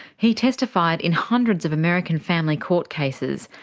he testified in hundreds of american family court cases,